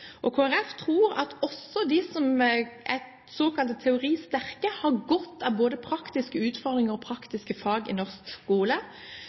Kristelig Folkeparti tror at også de som er såkalt teoristerke, har godt av både praktiske utfordringer og praktiske fag i norsk skole.